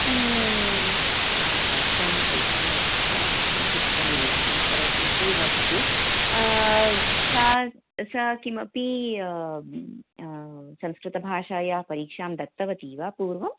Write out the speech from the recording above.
हा वर्षम् एकमेव किल किञ्चित् निरीक्षणं करोतु इति वदतु सा सा किमपि संस्कृतभाषायाः परीक्षां दत्तवती वा पूर्वं